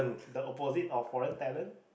the opposite of foreign talent